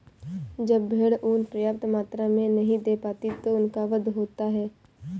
जब भेड़ ऊँन पर्याप्त मात्रा में नहीं दे पाती तो उनका वध होता है